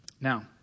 Now